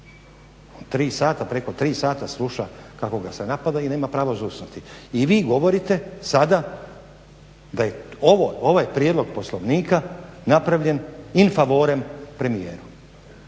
Preko 3 sata sluša kako ga se napada i nema pravo zucnuti. I vi govorite sada da je ovaj prijedlog poslovnika napravljen in favore premijeru